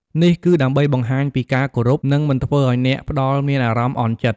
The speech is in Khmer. នេះគឺដើម្បីបង្ហាញពីការគោរព និងមិនធ្វើឲ្យអ្នកផ្តល់មានអារម្មណ៍អន់ចិត្ត។